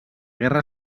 guerra